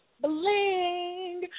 Bling